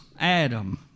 Adam